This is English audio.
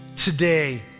Today